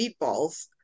Meatballs